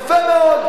יפה מאוד.